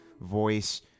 voice